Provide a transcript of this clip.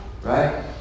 Right